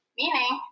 meaning